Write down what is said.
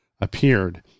appeared